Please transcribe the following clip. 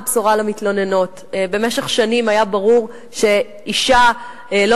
הבשורה למתלוננות: במשך שנים היה ברור שאשה לא